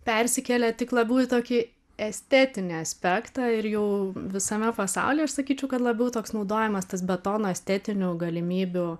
persikėlė tik labiau į tokį estetinį aspektą ir jau visame pasauly aš sakyčiau kad labiau toks naudojamas tas betono estetinių galimybių